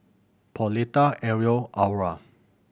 Pauletta Ariel Aura